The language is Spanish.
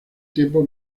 tiempo